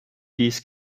these